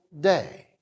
day